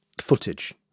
footage